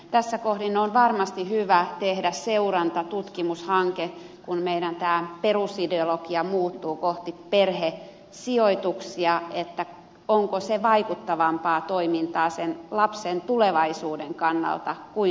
tässä kohdin on varmasti hyvä tehdä seurantatutkimushanke kun meidän tämä perusideologiamme muuttuu kohti perhesijoituksia onko se vaikuttavampaa toimintaa sen lapsen tulevaisuuden kannalta kuin laitossijoitus